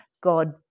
God